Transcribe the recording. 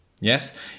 Yes